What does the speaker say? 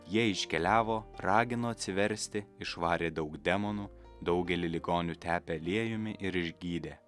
jie iškeliavo ragino atsiversti išvarė daug demonų daugelį ligonių tepė aliejumi ir išgydė